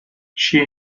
she